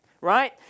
right